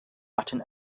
latin